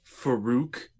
Farouk